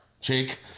Jake